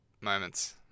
moments